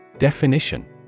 Definition